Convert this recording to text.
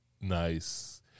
nice